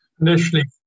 Initially